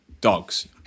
dogs